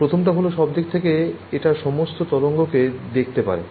প্রথমটা হল সব দিক থেকে এটা সমস্ত তরঙ্গকে দেখতে পারে